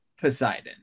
Poseidon